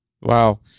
Wow